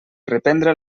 reprendre